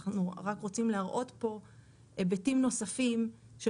אנחנו רק רוצים להראות פה היבטים נוספים של